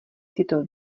tyto